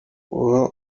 guha